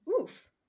Oof